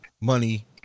money